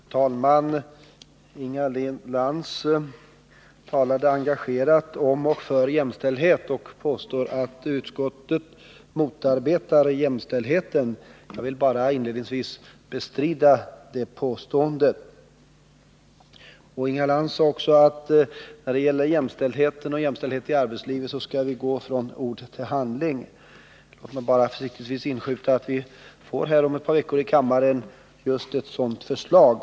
Herr talman! Inga Lantz talade engagerat om och för jämställdhet och — Torsdagen den påstod att utskottet motarbetar jämställdheten. Jag vill inledningsvis bara — 29 november 1979 bestrida detta påstående. Inga Lantz sade också att vi när det gäller jämställdhet i arbetet skall gå från ord till handling. Låt mig bara inskjuta att Ledighet för besök kammaren om ett par veckor får just ett sådant förslag.